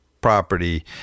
property